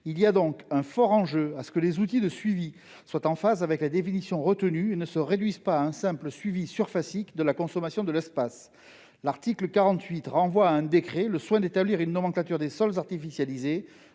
Il y a en effet un fort enjeu à ce que les outils de suivi soient en phase avec la définition retenue et ne se réduisent pas à un simple suivi surfacique de la consommation d'espace. L'article 48 renvoie à un décret le soin d'établir une nomenclature des sols artificialisés,